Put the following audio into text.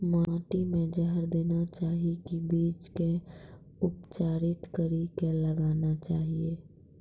माटी मे जहर देना चाहिए की बीज के उपचारित कड़ी के लगाना चाहिए?